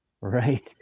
right